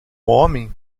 homem